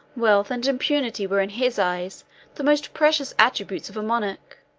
wealth and impunity were in his eyes the most precious attributes of a monarch